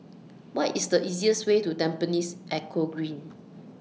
What IS The easiest Way to Tampines Eco Green